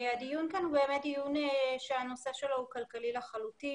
הדיון כאן הוא באמת דיון שהנושא שלו הוא כלכלי לחלוטין.